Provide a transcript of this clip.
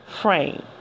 Frame